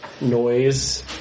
noise